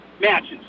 matches